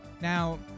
Now